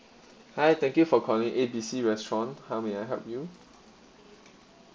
hi thank you for calling A B C restaurant how may I help you